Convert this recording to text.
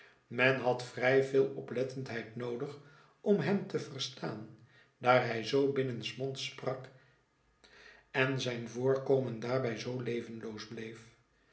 men had vrij veel oplettendheid noodig om hem te verstaan daar hij zoo binnensmonds sprak en zijn voorkomen daarbij zoo levenloos bleef